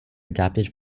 adapted